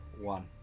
one